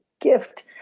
gift